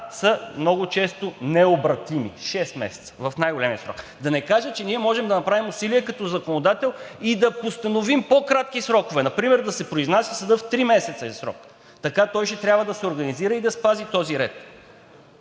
са много често необратими – шест месеца, в най големия срок. Да не кажа, че ние можем да направим усилия като законодатели и да постановим по-кратки срокове. Например да се произнася съдът в тримесечен срок. Така той ще трябва да се организира и да спази този ред.